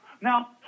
Now